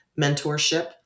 mentorship